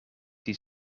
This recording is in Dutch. die